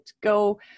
go